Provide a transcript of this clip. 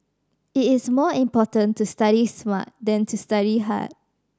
it is more important to study smart than to study hard